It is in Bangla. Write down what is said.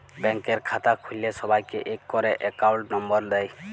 ব্যাংকের খাতা খুল্ল্যে সবাইকে ইক ক্যরে একউন্ট লম্বর দেয়